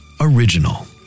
original